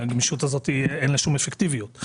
הגמישות הזאת אין לה שום אפקטיביות.